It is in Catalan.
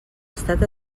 estat